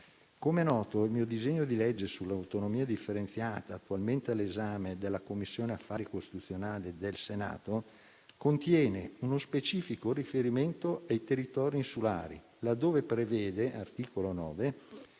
Com'è noto, il mio disegno di legge sull'autonomia differenziata, attualmente all'esame della Commissione affari costituzionale del Senato, contiene uno specifico riferimento ai territori insulari, laddove prevede (all'articolo 9)